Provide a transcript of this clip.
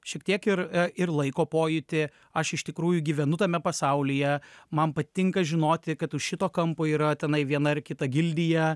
šiek tiek ir ir laiko pojūtį aš iš tikrųjų gyvenu tame pasaulyje man patinka žinoti kad už šito kampo yra tenai viena ar kita gildija